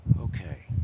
Okay